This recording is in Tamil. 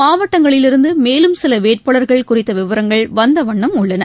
மாவட்டங்களிலிருந்துமேலும் சிலவேட்பாளர்கள் குறித்தவிவரங்கள் வந்தவன்ணம் உள்ளன